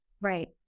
Right